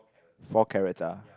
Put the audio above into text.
four carrots ah